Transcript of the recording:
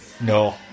no